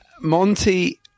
Monty